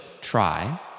try